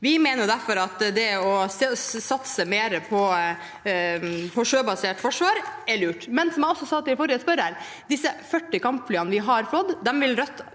Vi mener derfor at det å satse mer på et sjøbasert forsvar er lurt. Men, som jeg også sa til forrige spørrer, de 40 kampflyene vi har fått, vil Rødt